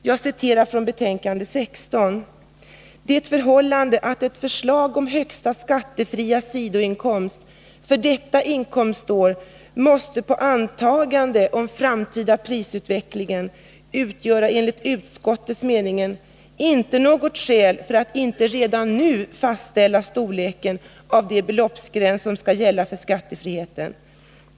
Jag citerar från betänkande 16: ”Det förhållandet att ett förslag om högsta skattefria sidoinkomst för detta inkomstår måste bygga på antaganden om den framtida prisutvecklingen utgör enligt utskottets mening inte något skäl för att inte redan nu fastställa storleken av den beloppsgräns som skall gälla för skattefrihet.